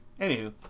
anywho